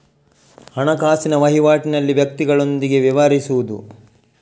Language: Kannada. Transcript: ಹಣಕಾಸಿನ ವಹಿವಾಟಿನಲ್ಲಿ ವ್ಯಕ್ತಿಗಳೊಂದಿಗೆ ವ್ಯವಹರಿಸುವುದು